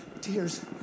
Tears